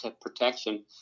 protection